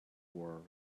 world